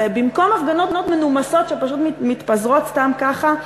במקום הפגנות מנומסות שפשוט מתפזרות סתם ככה,